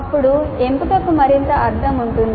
అప్పుడు ఎంపికకు మరింత అర్థం ఉంటుంది